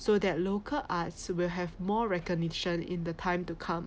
so that local arts will have more recognition in the time to come